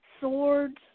swords